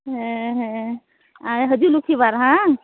ᱦᱮᱸ ᱦᱮᱸᱻ ᱟᱨ ᱦᱟᱹᱡᱩᱜ ᱞᱟᱠᱠᱷᱤᱵᱟᱨ ᱵᱟᱝ